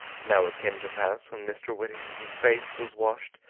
now it came to pass when mr. whittington's face was washed,